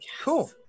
Cool